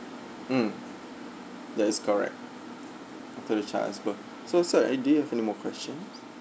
mm that is correct after the child has birth so sir and do you have any more questions